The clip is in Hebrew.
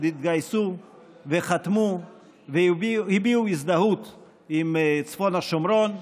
התגייסו וחתמו והביעו הזדהות עם צפון השומרון,